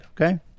okay